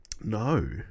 No